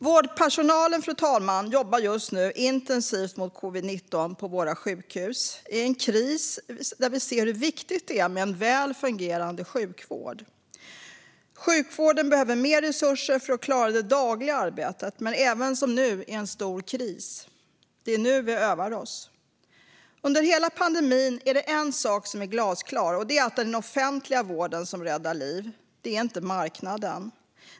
Vårdpersonalen, fru talman, jobbar just nu intensivt mot covid-19 på våra sjukhus i en kris där vi ser hur viktigt det är med en väl fungerande sjukvård. Sjukvården behöver mer resurser för att klara det dagliga arbetet men även, som nu, i en stor kris. Det är nu vi övar oss. Under hela pandemin är det en sak som varit glasklar, och det är att det är den offentliga vården som räddar liv, inte marknaden.